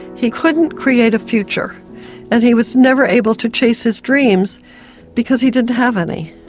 he couldn't create a future and he was never able to chase his dreams because he didn't have any.